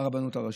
הרבנות הראשית.